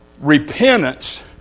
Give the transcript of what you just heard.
Repentance